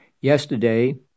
Yesterday